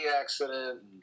accident